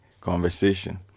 conversation